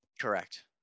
correct